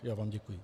Já vám děkuji.